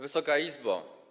Wysoka Izbo!